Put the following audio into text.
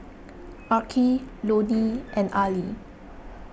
Arkie Lonny and Ali